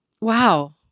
wow